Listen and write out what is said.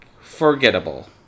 forgettable